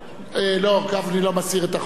גפני לא מסיר את החוק.